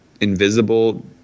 invisible